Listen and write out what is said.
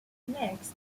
next